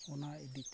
ᱚᱱᱟ ᱤᱫᱤ ᱛᱮ